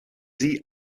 sie